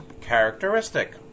characteristic